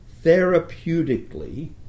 therapeutically